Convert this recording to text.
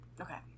Okay